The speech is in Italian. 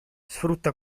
sfrutta